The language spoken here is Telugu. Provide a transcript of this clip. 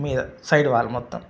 మీద సైడ్ వాల్ మొత్తం